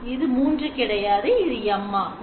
இது மூன்று கிடையாது இது M ஆகும்